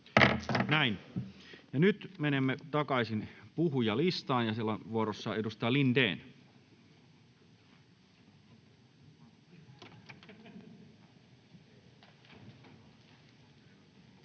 Näin. — Nyt menemme takaisin puhujalistaan, ja siellä on vuorossa edustaja Lindén. Arvoisa